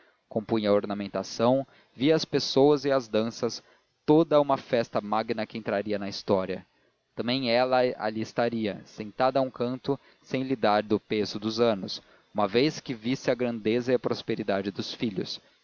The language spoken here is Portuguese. compunha a ornamentação via as pessoas e as danças toda uma festa magna que entraria na história também ela ali estaria sentada a um canto sem lhe dar do peso dos anos uma vez que visse a grandeza e a prosperidade dos filhos